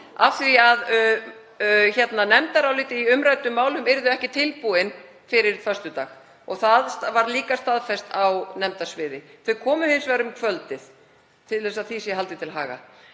af því að nefndarálitin í umræddum málum yrðu ekki tilbúin fyrir föstudag. Það var líka staðfest á nefndasviði. Þau komu hins vegar um kvöldið, til að því sé haldið til haga.